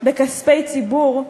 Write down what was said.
בכספי ציבור,